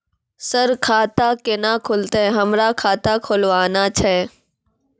Sir खाता केना खुलतै, हमरा खाता खोलवाना छै?